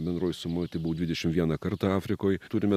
bendroj sumoj tai buvau dvidešim vieną kartą afrikoj turime